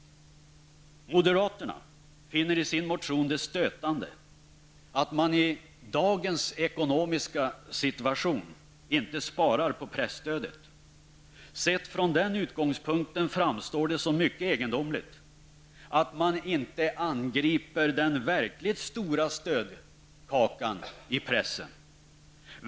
Moderaterna finner i sin motion det stötande att man i dagens ekonomiska situation inte sparar på presstödet. Sett från den utgångspunkten framstår det som mycket egendomligt att man inte angriper den verkligt stora stödkakan till pressen.